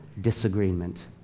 disagreement